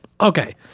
Okay